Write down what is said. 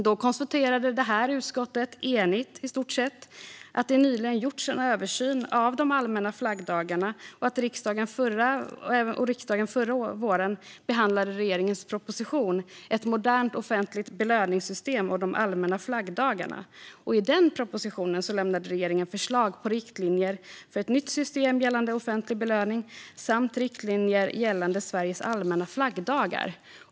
Då konstaterade utskottet i stort sett enigt att det nyligen gjorts en översyn av de allmänna flaggdagarna och att riksdagen förra våren behandlade regeringens proposition Ett modernt offentligt belöningssystem och de allmänna flaggdagarna . I den propositionen lämnade regeringen förslag på riktlinjer för ett nytt system gällande offentlig belöning samt riktlinjer gällande Sveriges allmänna flaggdagar.